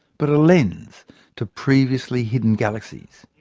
but a lens to previously hidden galaxies.